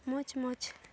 ᱢᱚᱡᱽ ᱢᱚᱡᱽ